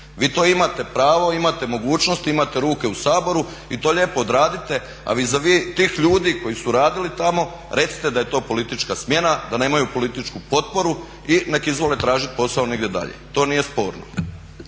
vi to imate pravo, imate mogućnost, imate ruke u Saboru i to lijepo odradite. A vis-a-vis tih ljudi koji su radili tamo recite da je to politička smjena, da nemaju političku potporu i nek izvole tražiti posao negdje dalje. To nije sporno.